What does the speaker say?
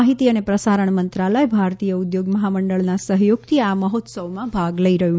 માહિતી અને પ્રસારણ મંત્રાલય ભારતીય ઉદ્યોગ મહામંડળના સહયોગથી આ મહોત્સવમાં ભાગ લઇ રહ્યું છે